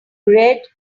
read